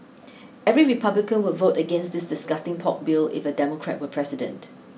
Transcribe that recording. every Republican would vote against this disgusting pork bill if a Democrat were president